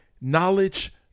knowledge